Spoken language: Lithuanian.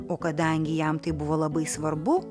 o kadangi jam tai buvo labai svarbu